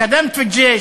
ח'דמת פי אל-ג'יש,